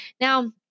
Now